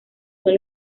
son